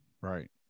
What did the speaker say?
Right